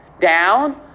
down